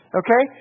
okay